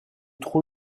trop